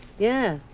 yeah.